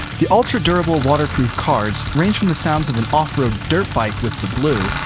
the ultra durable waterproof cards range from the sounds of an off-road dirt bike with the blue,